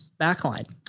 backline